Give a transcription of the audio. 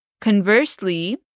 conversely